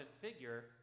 figure